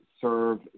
serve